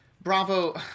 Bravo